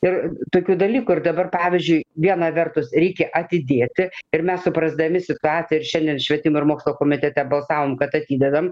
ir tokių dalykų ir dabar pavyzdžiui viena vertus reikia atidėti ir mes suprasdami situaciją ir šiandien švietimo ir mokslo komitete balsavom kad atidedam